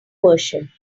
version